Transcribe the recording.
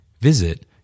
Visit